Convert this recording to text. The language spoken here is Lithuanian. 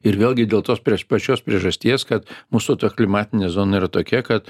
ir vėlgi dėl tos prieš pačios priežasties kad mūsų ta klimatinė zona yra tokia kad